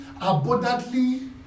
abundantly